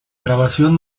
grabación